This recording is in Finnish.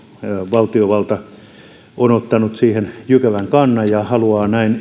valtiovalta on ottanut siihen jykevän kannan ja haluaa näin